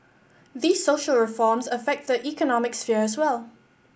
these social reforms affect the economic sphere as well